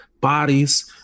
bodies